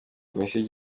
komisiyo